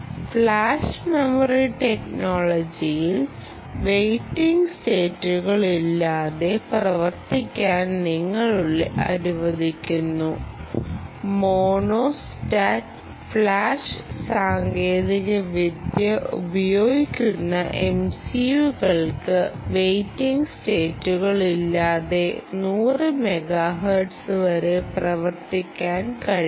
flash memory ടെക്നോളജിയിൽ waiting സ്റ്റേറ്റുകളില്ലാതെ പ്രവർത്തിപ്പിക്കാൻ നിങ്ങളെ അനുവദിക്കുന്നു മോണോസ് ഫ്ലാഷ് സാങ്കേതികവിദ്യ ഉപയോഗിക്കുന്ന MCU കൾക്ക് വെയിറ്റിംഗ് സ്റ്റേറ്റുകളില്ലാതെ 100 മെഗാഹെർട്സ് വരെ പ്രവർത്തിപ്പിക്കാൻ കഴിയും